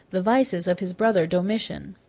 the vices of his brother domitian.